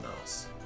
else